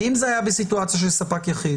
כי אם זה היה בסיטואציה של ספק יחיד,